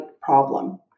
problem